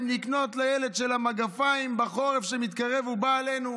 לקנות לילד שלה מגפיים לחורף שמתקרב ובא עלינו,